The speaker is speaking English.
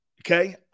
Okay